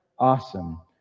Awesome